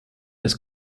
ist